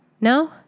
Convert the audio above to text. No